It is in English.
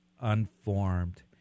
unformed